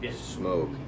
smoke